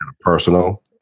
personal